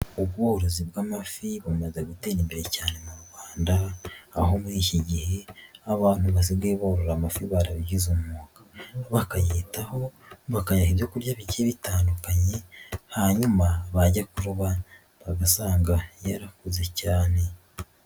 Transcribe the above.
Ubworozi bw'amafi bumaze gutera imbere cyane mu Rwanda, aho muri iki gihe abantu basigaye borora amafi barabigize umwuga, bakayitaho, bakayaha ibyo kurya bigiye bitandukanye, hanyuma bajya kuroba bagasanga yarakuze cyane.